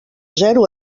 zero